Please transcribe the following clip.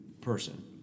person